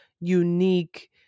unique